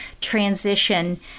transition